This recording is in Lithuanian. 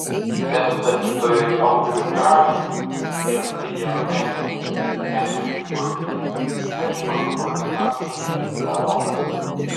bet tapytojui audriui gražiui ir videomenininkui henrikui gulbinui pavyko sukurti prasmingą dialogą